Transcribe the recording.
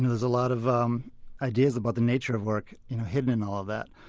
there's a lot of um ideas about the nature of work hidden in all of that.